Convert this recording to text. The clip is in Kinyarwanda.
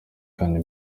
kandi